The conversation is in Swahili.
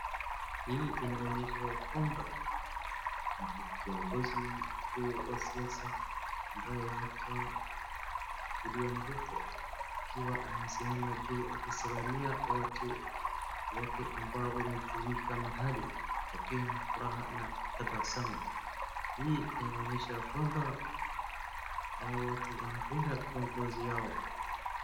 Hii inaonyesha ya kwamba, kiongozi mkuu wa siasa ambaye anaitwa William Ruto, akiwa amesimama juu akisalimia watu wake ambao wamejumuika mahali wakiwa na furaha na tabasamu. Hii inaonyesha ya kwamba hawa watu wanapenda kiongozi wao.